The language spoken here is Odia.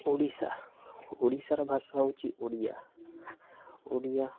ଓଡ଼ିଶା ଓଡ଼ିଶାର ଭାଷା ହେଉଛି ଓଡ଼ିଆ ଓଡ଼ିଆ